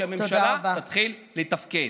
שהממשלה תתחיל לתפקד.